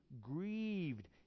grieved